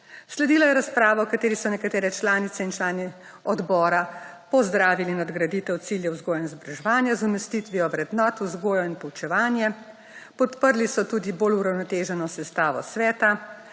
Sledila je razprava, v kateri so nekatere članice in člani odbora pozdravili nadgraditev ciljev vzgoje in izobraževanja, z umestitvijo vrednot, vzgojo in poučevanje, podprli so tudi bolj uravnoteženo sestavo sveta,